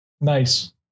Nice